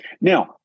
Now